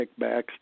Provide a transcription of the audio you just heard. kickbacks